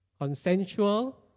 consensual